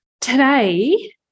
Today